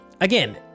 again